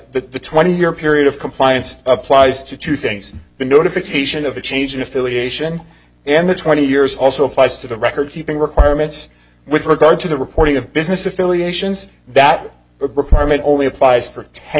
the twenty year period of compliance applies to two things the notification of a change in affiliation and the twenty years also applies to the record keeping requirements with regard to the reporting of business affiliations that requirement only applies for ten